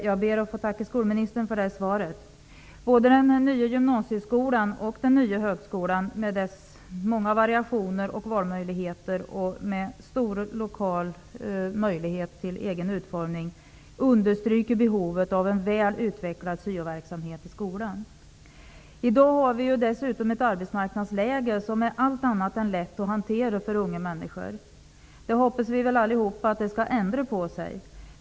Fru talman! Jag tackar skolministern för svaret. Både den nya gymnasieskolan och den nya högskolan, med dess många variationer och valmöjligheter till stor lokal utformning, understryker behovet av en väl utvecklad syoverksamhet i skolan. I dag är dessutom arbetsmarknadsläget allt annat än lätt att hantera för unga människor. Vi hoppas säkerligen allesammans att det skall ändra sig.